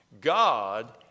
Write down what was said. God